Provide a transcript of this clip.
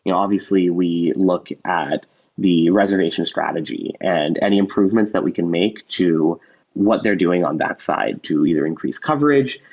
and obviously we look at the reservation strategy and any improvements that we can make to what they're doing on that side to either increase coverage,